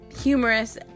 humorous